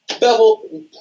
Bevel